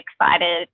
excited